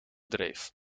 dreef